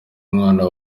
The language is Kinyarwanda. umwana